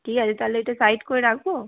ঠিক আছে তাহলে এটা সাইড করে রাখবো